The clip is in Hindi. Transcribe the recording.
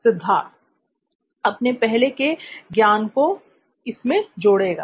सिद्धार्थ अपने पहले के ज्ञान को इसमें जोड़ेगा